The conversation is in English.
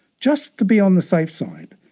just to be on the safe side,